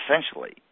Essentially